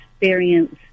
experience